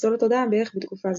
שפרצו לתודעה בערך בתקופה זו.